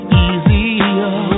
easier